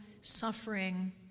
suffering